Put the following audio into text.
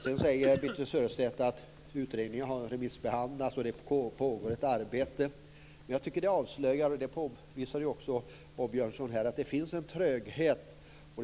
Sedan säger Birthe Sörestedt att utredningen har remissbehandlats och att det pågår ett arbete. Men jag tycker att det avslöjar - och det påvisade också Åbjörnsson - att det finns en tröghet i detta.